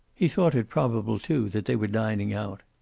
he thought it probable, too, that they were dining out.